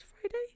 Friday